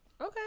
Okay